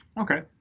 Okay